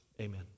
Amen